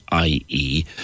ie